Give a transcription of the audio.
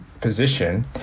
position